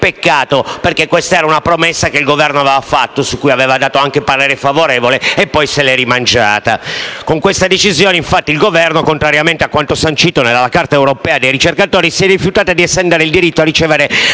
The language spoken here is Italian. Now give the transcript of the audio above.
Peccato, perché questa era una promessa che il Governo aveva fatto e su cui aveva espresso anche parere favorevole, ma poi se l'è rimangiata. Con questa decisione, infatti, il Governo, contrariamente a quanto sancito dalla Carta europea dei ricercatori, si è rifiutato di estendere il diritto a ricevere